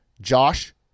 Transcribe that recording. Josh